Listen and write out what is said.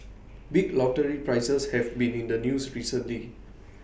big lottery prizes have been in the news recently